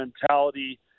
mentality